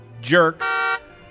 jerk